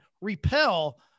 repel